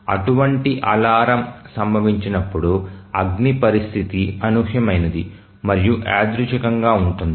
అటువంటి అలారం సంభవించినప్పుడు అగ్ని పరిస్థితి అనూహ్యమైనది మరియు యాదృచ్ఛికంగా ఉంటుంది